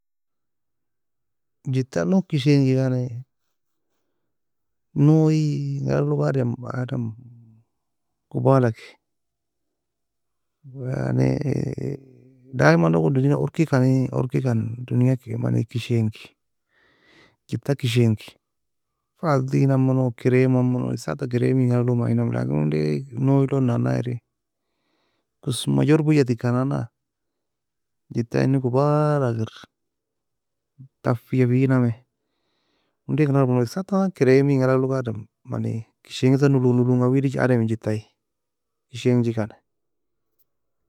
Jittalon kishanjikani, noe e enga alag log adem adem gubala ke, yani daymana gon dunyalon orky kani orkikan dunya ki many keshangi, jitta keshangi, vaslina'meno creama'meno esaka creami enga'alag logo aye nami lakin onday noe naena ery kosma jorbeja teken nanae jitta eni gubal kir taffija feinami, onday creamga komona, esaka طبعا creami enga alg log adem manie, keshaenjikan nolo nologana weadi adem en geta keshanjkani.